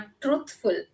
truthful